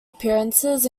appearances